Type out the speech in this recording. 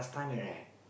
correct